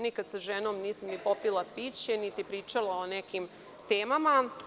Nikada sa ženom nisam popila piće, niti pričala o nekim temama.